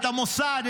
את המוסד,